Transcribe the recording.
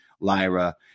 Lyra